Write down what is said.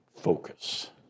focus